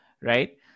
Right